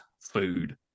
food